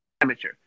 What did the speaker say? amateur